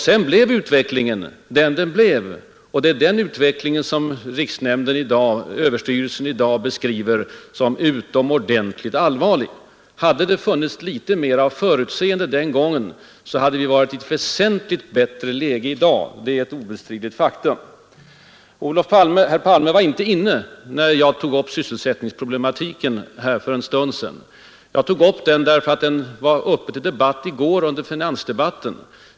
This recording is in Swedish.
Sedan blev utvecklingen vad den blev, och det är den som överstyrelsen för ekonomiskt försvar i dag beskriver som ”utomordentligt allvarlig”. Hade det funnits litet mera av förutseende den gången, hade vi varit i ett väsentligt bättre läge i dag — det är ett obestridligt faktum. Herr Palme var inte inne när jag för en stund sedan berörde sysselsättningsproblematiken. Jag tog upp den för att den var uppe till debatt under finansdebatten i går.